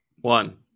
One